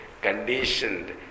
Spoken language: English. conditioned